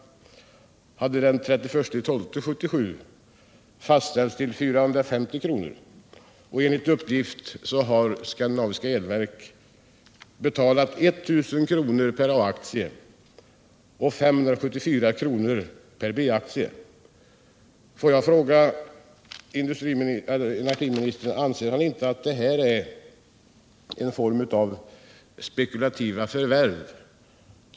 Både Paul Jansson och jag är överens om att det är principer som här skall diskuteras, och eftersom denna fråga f.n. efter beslutet i industriverket är under beredning i regeringskansliet, kan jag inte svara på spörsmålet om detta är ett spekulativt förvärv eller inte. Det är det som skall prövas av regeringen inom den närmaste tiden. Situationen är den att industriverket fattade sitt avgörande i slutet av februari. Därefter har besvär kommit in från Götene, Karlskoga, Mariestads, Töreboda och Örebro kommuner. Yttrande över besvären har inkommit från industriverket, AB Skandinaviska Elverk och Industri AB Euroc. Dessa yttranden har gått till klagandena för påminnelse.